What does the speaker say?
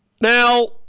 Now